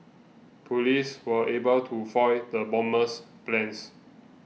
police were able to foil the bomber's plans